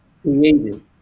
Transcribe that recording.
created